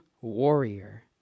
warrior